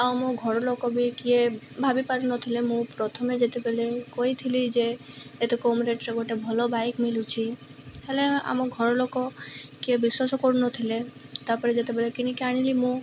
ଆଉ ମୋ ଘରଲୋକ ବି କିଏ ଭାବି ପାରୁନଥିଲେ ମୁଁ ପ୍ରଥମେ ଯେତେବେଲେ କହିଥିଲି ଯେ ଏତେ କମ୍ ରେଟ୍ରେ ଗୋଟେ ଭଲ ବାଇକ୍ ମିଲୁଛିି ହେଲେ ଆମ ଘରଲୋକ କିଏ ବିଶ୍ୱାସ କରୁନଥିଲେ ତାପରେ ଯେତେବେଲେ କିଣିକି ଆଣିଲି ମୁଁ